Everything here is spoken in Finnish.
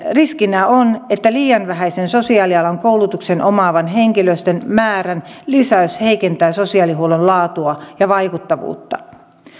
riskinä on että liian vähäisen sosiaalialan koulutuksen omaavan henkilöstön määrän lisäys heikentää sosiaalihuollon laatua ja vaikuttavuutta